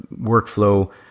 workflow